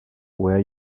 were